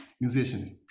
musicians